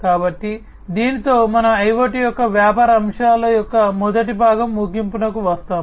కాబట్టి దీనితో మనము IoT యొక్క వ్యాపార అంశాల యొక్క మొదటి భాగం ముగింపుకు వస్తాము